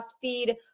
feed